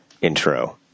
intro